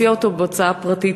הוציאה אותו בהוצאה פרטית,